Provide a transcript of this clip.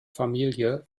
familie